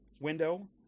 window